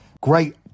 great